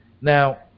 Now